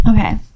Okay